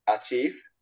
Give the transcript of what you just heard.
achieve